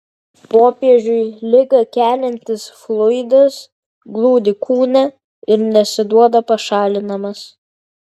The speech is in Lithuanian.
popiežiui ligą keliantis fluidas glūdi kūne ir nesiduoda pašalinamas